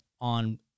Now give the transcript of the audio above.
on